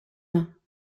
mains